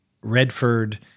Redford